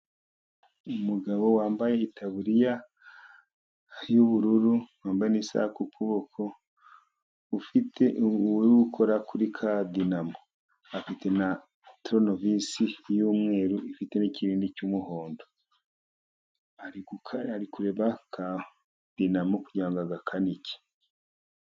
Umugabo wambaye itaburiya y'ubururu wambaye n'isaha ku kuboko uri gukora kuri ka dinamo, afite na toronovise y'umweru, ifite n'ikirindi cy'umuhondo, ari kureba ka dinamo kugira ngo agakanike.